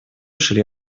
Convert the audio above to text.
шри